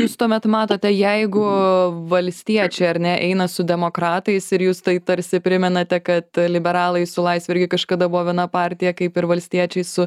jūs tuomet matote jeigu valstiečiai ar ne eina su demokratais ir jūs tai tarsi primenate kad liberalai su laisve irgi kažkada buvo viena partija kaip ir valstiečiai su